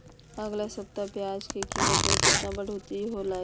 अगला सप्ताह प्याज के कीमत में कितना बढ़ोतरी होलाय?